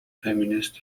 feminist